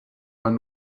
man